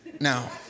Now